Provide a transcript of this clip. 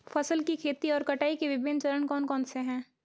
फसल की खेती और कटाई के विभिन्न चरण कौन कौनसे हैं?